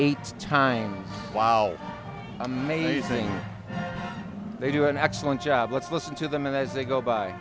eight times wow amazing they do an excellent job let's listen to them as they go by